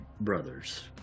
brothers